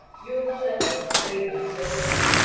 you have plenty of craven servants,